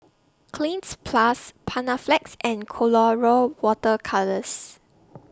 Cleanz Plus Panaflex and Colora Water Colours